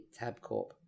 Tabcorp